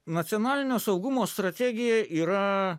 nacionalinio saugumo strategija yra